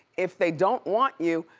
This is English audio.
if they don't want you,